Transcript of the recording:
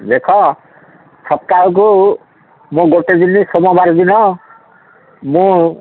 ଦେଖ ସପ୍ତାହକୁ ମୁଁ ଗୋଟେ ଦିନ ସୋମବାର ଦିନ ମୁଁ